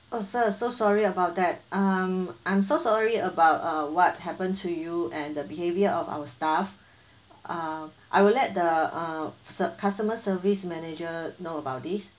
oh sir so sorry about that um I'm so sorry about uh what happened to you and the behavior of our staff uh I will let the uh ser~ customer service manager know about this